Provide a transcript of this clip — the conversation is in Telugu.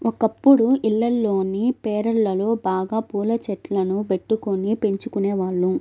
ఒకప్పుడు ఇళ్లల్లోని పెరళ్ళలో బాగా పూల చెట్లను బెట్టుకొని పెంచుకునేవాళ్ళు